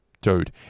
dude